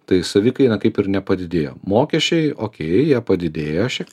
tai savikaina kaip ir nepadidėjo mokesčiai okei jie padidėjo šiek tiek